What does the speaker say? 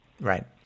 Right